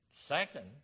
Second